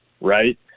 right